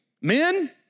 men